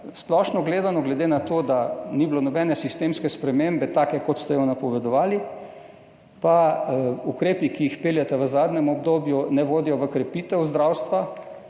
splošno gledano, glede na to, da ni bilo nobene sistemske spremembe, take, kot ste jo napovedovali, pa ukrepi, ki jih peljete v zadnjem obdobju, ne vodijo v krepitev zdravstva,